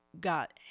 Got